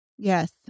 Yes